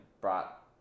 brought